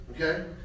okay